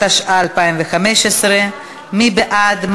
התשע"ה 2015, מי בעד?